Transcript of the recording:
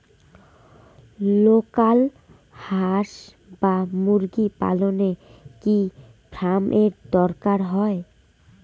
Local হাস বা মুরগি পালনে কি ফার্ম এর দরকার হয়?